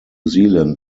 zealand